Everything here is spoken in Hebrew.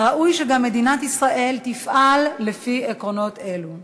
וראוי שגם מדינת ישראל תפעל לפי עקרונות אלו.